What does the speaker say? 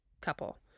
couple